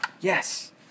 Yes